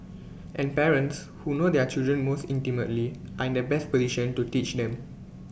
and parents who know their children most intimately are in the best position to teach them